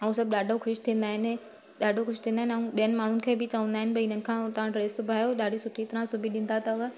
ऐं सभु ॾाढो ख़ुशि थींदा आहिनि ॾाढो ख़ुशि थींदा आहिनि ऐं ॿियनि माण्हुनि खे बि चवंदा आहिनि भई इन्हनि खां तव्हां ड्रैस सिबायो ॾाढी सुठी तरहां सिबी ॾींदा अथव